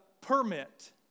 Permit